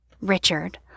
Richard